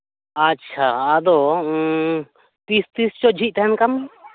ᱟᱪᱪᱷᱟ ᱟᱫᱚᱛᱤᱥ ᱛᱤᱥ ᱪᱚ ᱡᱷᱤᱡ ᱛᱟᱦᱮᱱ ᱠᱟᱱ